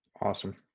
Awesome